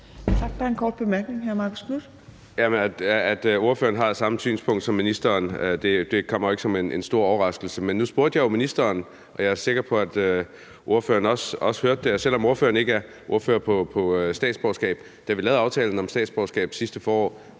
Tak. Der er en kort bemærkning fra hr. Marcus Knuth. Kl. 15:20 Marcus Knuth (KF): At ordføreren har det samme synspunkt som ministeren, kommer jo ikke som en stor overraskelse. Men nu spurgte jeg jo ministeren, og jeg er sikker på, at ordføreren også hørte det, selv om ordføreren ikke er ordfører på statsborgerskabsområdet. Men da vi lavede aftalen om statsborgerskab sidste forår,